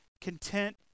content